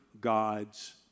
God's